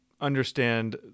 understand